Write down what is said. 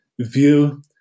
view